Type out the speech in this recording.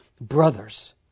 brothers